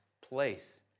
place